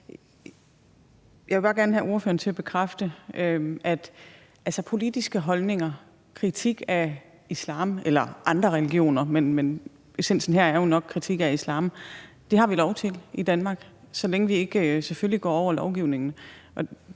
Jeg vil bare gerne have ordføreren til at bekræfte, at politiske holdninger, kritik af islam eller andre religioner – men essensen her er jo nok, at der er tale om kritik af islam – er lovligt i Danmark, så længe vi selvfølgelig ikke bryder loven.